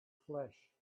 flesh